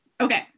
Okay